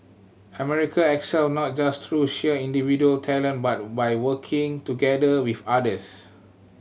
America excel not just through sheer individual talent but by working together with others